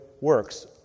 works